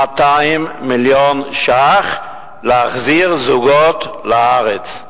200 מיליון ש"ח להחזיר זוגות לארץ.